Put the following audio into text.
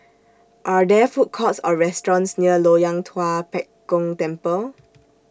Are There Food Courts Or restaurants near Loyang Tua Pek Kong Temple